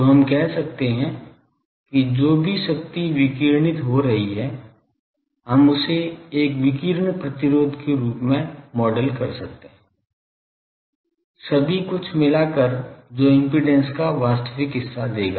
तो हम कह सकते है की जो भी शक्ति विकिरणित हो रही है हम उसे एक विकिरण प्रतिरोध के रूप में मॉडल कर सकते हैं सभी कुछ मिलाकर जो इम्पीडेन्स का वास्तविक हिस्सा देगा